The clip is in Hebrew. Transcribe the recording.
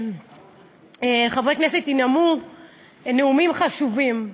חברי כנסת ינאמו נאומים חשובים.